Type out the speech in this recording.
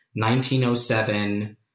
1907